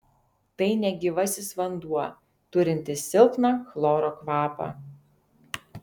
tai negyvasis vanduo turintis silpną chloro kvapą